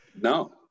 No